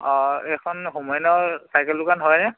অ' এইখন হোমেনৰ চাইকেল দোকান হয়নে